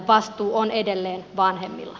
vastuu on edelleen vanhemmilla